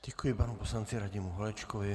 Děkuji panu poslanci Radimu Holečkovi.